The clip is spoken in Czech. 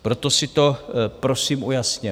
Proto si to, prosím, ujasněme.